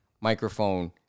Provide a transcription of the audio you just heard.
microphone